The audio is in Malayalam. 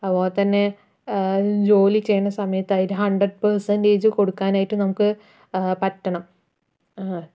അതുപോലെത്തന്നെ ജോലി ചെയ്യേണ്ട സമയത്ത് അതിന് ഹൺഡ്രഡ് പെർസൻഡേജ് കൊടുക്കാനായിട്ട് നമുക്ക് പറ്റണം